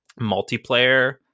multiplayer